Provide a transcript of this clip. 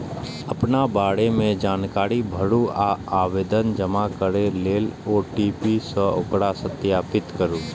अपना बारे मे जानकारी भरू आ आवेदन जमा करै लेल ओ.टी.पी सं ओकरा सत्यापित करू